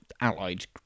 allied